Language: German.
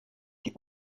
die